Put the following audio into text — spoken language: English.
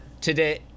today